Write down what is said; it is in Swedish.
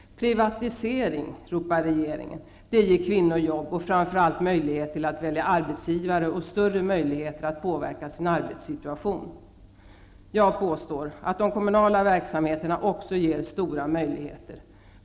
Privatisering! ropar regeringen. Det ger kvinnor jobb och framför allt möjlighet att välja arbetsgivare och större möjligheter att påverka sin arbetssituation. Jag påstår att de kommunala verksamheterna också ger stora möjligheter.